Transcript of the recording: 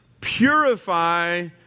purify